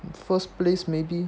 first place maybe